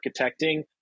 architecting